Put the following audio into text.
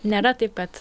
nėra taip kad